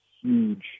huge